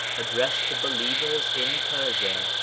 addressed to believers in persia,